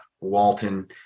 Walton